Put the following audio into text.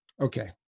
Okay